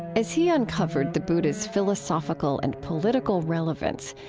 as he uncovered the buddha's philosophical and political relevance,